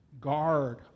guard